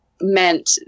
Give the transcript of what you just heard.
meant